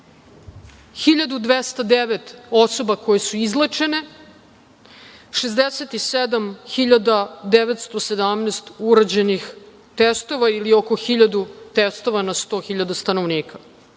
1.209 osoba koje su izlečene, 67.917 urađenih testova ili oko 1.000 testova na 100.000 stanovnika.U